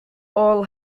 all